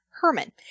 Herman